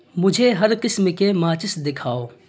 مجھے ہر قسم کے ماچس دکھاؤ